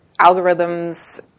algorithms